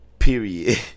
Period